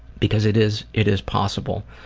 because it is it is possible.